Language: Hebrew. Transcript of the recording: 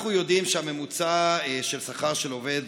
אנחנו יודעים שהממוצע של שכר של עובד,